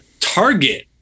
Target